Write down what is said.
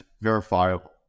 verifiable